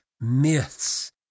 myths